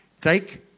take